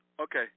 Okay